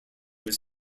was